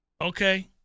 okay